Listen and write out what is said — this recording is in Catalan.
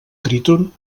tríton